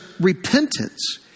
repentance